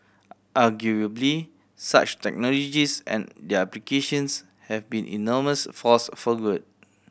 arguably such technologies and their applications have been enormous force for good